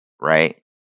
right